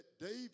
David